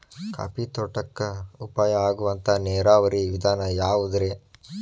Coffee ತೋಟಕ್ಕ ಉಪಾಯ ಆಗುವಂತ ನೇರಾವರಿ ವಿಧಾನ ಯಾವುದ್ರೇ?